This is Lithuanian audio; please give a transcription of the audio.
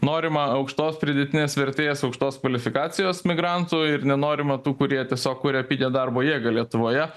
norima aukštos pridėtinės vertės aukštos kvalifikacijos migrantų ir nenorima tų kurie tiesiog kuria pigią darbo jėgą lietuvoje